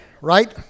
right